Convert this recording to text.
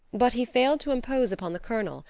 but he failed to impose upon the colonel,